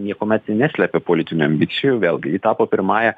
niekuomet neslepė politinių ambicijų vėlgi ji tapo pirmąja